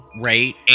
right